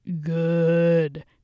good